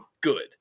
good